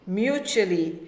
mutually